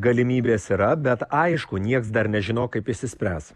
galimybės yra bet aišku nieks dar nežino kaip išsispręs